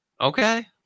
Okay